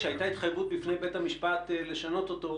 כשהייתה התחייבות בפני בית המשפט לשנות אותו,